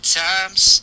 times